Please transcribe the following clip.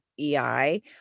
EI